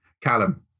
Callum